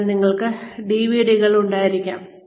അതിനാൽ നിങ്ങൾക്ക് ഡിവിഡികൾ ഉണ്ടായിരിക്കാം